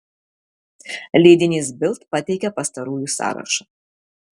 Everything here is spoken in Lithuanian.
leidinys bild pateikia pastarųjų sąrašą